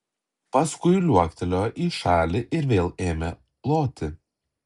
paskui liuoktelėjo į šalį ir vėl ėmė loti